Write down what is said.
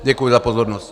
Děkuji za pozornost.